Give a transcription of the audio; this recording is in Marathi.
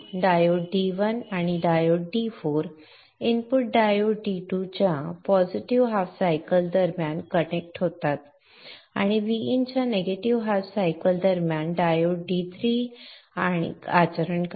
डायोड D1 आणि diode D4 input diode D2 च्या पॉझिटिव्ह हाफ सायकल दरम्यान कनेक्ट होतात आणि Vin च्या निगेटिव्ह हाफ सायकल दरम्यान डायोड D3 आचरण करतात